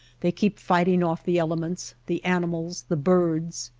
they keep fighting off the elements, the animals, the birds.